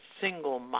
single